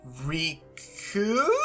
Riku